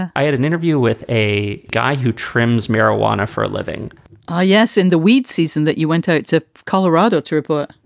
i had an interview with a guy who trims marijuana for a living oh, yes. in the weed season that you went out ah to colorado to report,